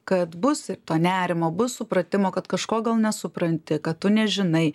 kad bus ir to nerimo bus supratimo kad kažko gal nesupranti kad tu nežinai